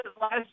last